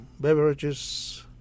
beverages